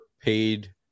paid